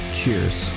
cheers